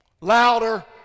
Louder